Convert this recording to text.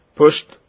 pushed